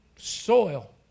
soil